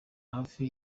hafi